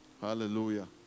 hallelujah